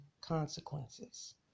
consequences